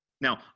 Now